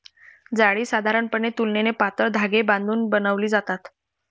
जाळी साधारणपणे तुलनेने पातळ धागे बांधून बनवली जातात